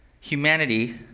Humanity